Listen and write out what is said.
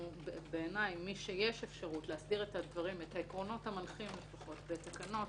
משיש אפשרות להסדיר את העקרונות המנחים בתקנות,